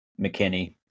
McKinney